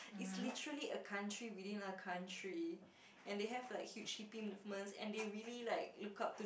it's literally a country within a country and they have like huge hippy movements and they really like look up to